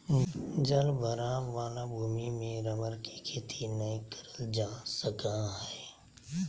जल भराव वाला भूमि में रबर के खेती नय करल जा सका हइ